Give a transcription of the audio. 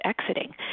exiting